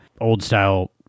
old-style